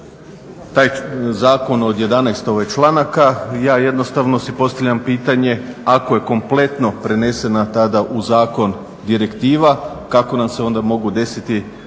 taj Zakon od 11 članaka, ja jednostavno si postavljam pitanje, ako je kompletno prenesena tada u Zakon direktiva kako nam se onda mogu desiti ovakvi